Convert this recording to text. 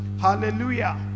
Hallelujah